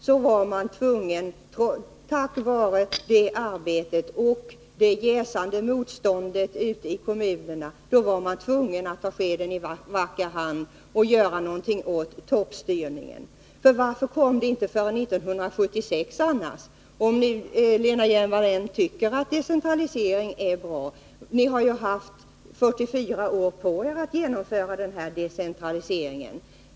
På grund av det arbetet och på grund av det jäsande motståndet ute i kommunerna var man tvungen att ta skeden i vacker hand och göra någonting åt toppstyrningen. För varför skedde decentraliseringen annars först 1976 — om nu Lena Hjelm-Wallén tycker att decentralisering är bra? Ni har ju haft 44 år på er för att genomföra decentraliseringen.